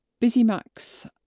BusyMax